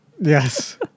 Yes